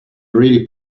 really